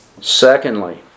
Secondly